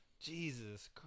Jesus